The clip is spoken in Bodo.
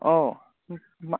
औ मा